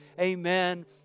amen